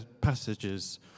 passages